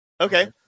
Okay